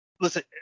listen